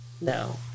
No